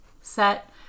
set